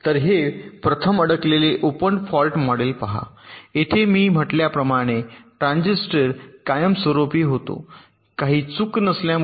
तर प्रथम हे अडकलेले ओपन फॉल्ट मॉडेल पहा येथे मी म्हटल्याप्रमाणे ट्रान्झिस्टर कायमस्वरूपी होतो काही चूक नसल्यामुळे